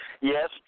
Yes